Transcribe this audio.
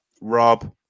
Rob